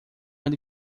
ele